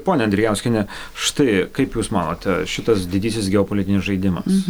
ponia andrijauskiene štai kaip jūs manote šitas didysis geopolitinis žaidimas